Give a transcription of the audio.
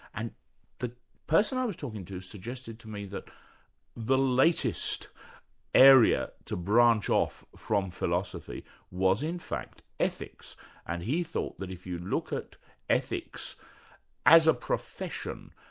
and the person i was talking to suggested to me that the latest area to branch off from philosophy was in fact ethics and he thought that if you look at ethics as a profession,